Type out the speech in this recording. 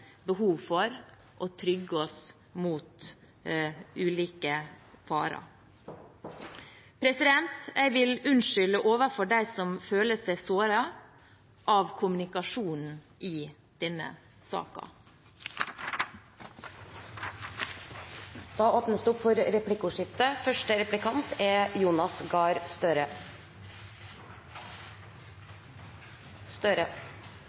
behov for å trygge oss mot ulike farer. Jeg vil unnskylde overfor dem som føler seg såret av kommunikasjonen i denne saken. Det blir replikkordskifte. Jeg mener det er